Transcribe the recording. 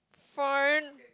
fine